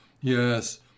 yes